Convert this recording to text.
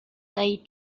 date